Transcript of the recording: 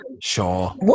sure